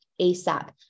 asap